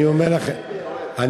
אני אומר לכם, חד-משמעית, איך?